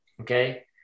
Okay